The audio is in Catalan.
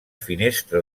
finestra